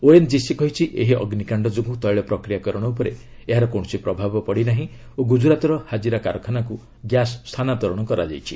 ONGC କହିଛି ଏହି ଅଗ୍ନିକାଷ୍ଡ ଯୋଗୁଁ ତେଳ ପ୍ରକ୍ରିୟାକରଣ ଉପରେ କୌଣସି ପ୍ରଭାବ ପଡିନାହିଁ ଓ ଗୁଜୁରାତର ହାଜିରା କାରଖାନାକୁ ଗ୍ୟାସ୍ ସ୍ଥାନାନ୍ତରଣ କରାଯାଇଛି